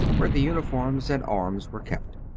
where the uniforms and arms were kept.